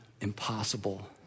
impossible